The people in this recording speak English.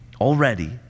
already